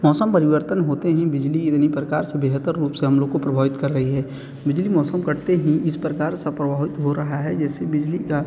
मौसम परिवर्तन होते ही बिजली इतनी प्रकार से बेहतर रूप से हम लोग को प्रभावित कर रही है बिजली मौसम कटते हीं इस प्रकार सब प्रभावित हो रहा है जैसे बिजली का